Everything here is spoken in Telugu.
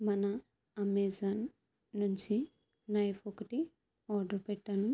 మన అమెజాన్ నుంచి నైఫ్ ఒకటి ఆర్డర్ పెట్టాను